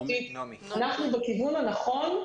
אנחנו בכיוון הנכון,